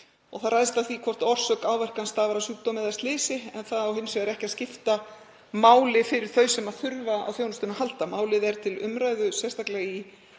Það ræðst af því hvort orsök áverkans stafar af sjúkdómi eða slysi en það á hins vegar ekki að skipta máli fyrir þau sem þurfa á þjónustunni að halda. Málið er til umræðu, sérstaklega í